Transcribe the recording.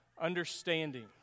understanding